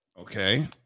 Okay